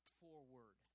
forward